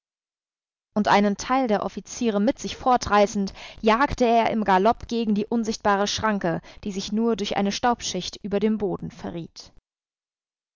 und einen teil der offiziere mit sich fortreißend jagte er im galopp gegen die unsichtbare schranke die sich nur durch eine staubschicht über dem boden verriet